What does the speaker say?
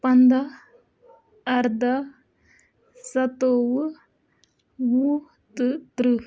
پنٛدہ اَردہ سَتووُہ وُہ تہٕ تٕرٛہ